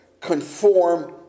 conform